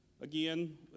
Again